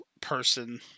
person